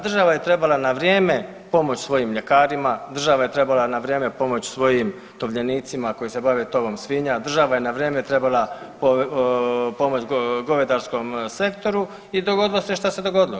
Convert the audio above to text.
Država je trebala na vrijeme pomoći svojim mljekarima, država je trebala na vrijeme pomoći svojim tovljenicima koji se bave tovom svinja, država je na vrijeme trebala pomoći govedarskom sektoru i dogodilo se što se dogodilo.